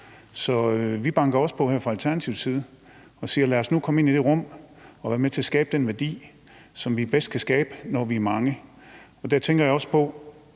Så vi banker fra Alternativets side her også på og siger: Lad os nu komme ind i det rum og være med til at skabe den værdi, som vi bedst kan skabe, når vi er mange. Der tænker jeg også på,